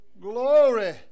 Glory